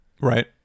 Right